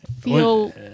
feel